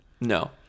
No